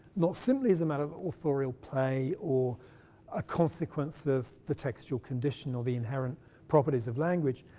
not simply as a matter of authorial play, or a consequence of the textual condition, or the inherent properties of language,